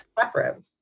separate